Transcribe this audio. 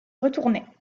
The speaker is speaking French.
retournait